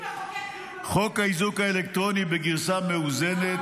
חוק האיזוק האלקטרוני בגרסה מאוזנת